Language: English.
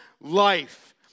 life